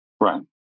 Right